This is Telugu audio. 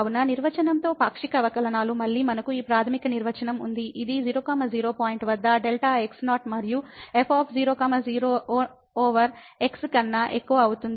కాబట్టి నిర్వచనంతో పాక్షిక అవకలనాలు మళ్ళీ మనకు ఈ ప్రాథమిక నిర్వచనం ఉంది ఇది 00 పాయింట్ల వద్ద Δx0 మరియు f00 ఓవర్ x కన్నా ఎక్కువ అవుతుంది